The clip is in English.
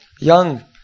young